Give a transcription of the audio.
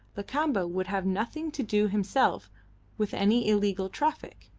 lakamba would have nothing to do himself with any illegal traffic.